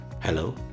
hello